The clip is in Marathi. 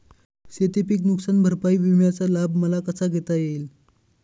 शेतीपीक नुकसान भरपाई विम्याचा लाभ मला कसा घेता येईल?